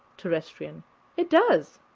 terrestrian it does.